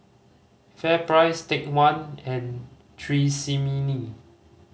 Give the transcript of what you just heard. FairPrice Take One and Tresemme